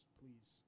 please